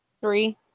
Three